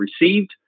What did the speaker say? received